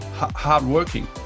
hard-working